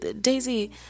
Daisy